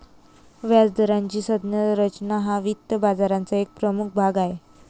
व्याजदराची संज्ञा रचना हा वित्त बाजाराचा एक प्रमुख भाग आहे